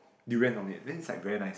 durian on it then it's like very nice